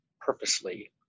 purposely